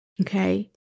Okay